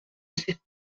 sept